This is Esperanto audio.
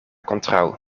kontraŭ